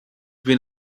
been